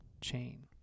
chain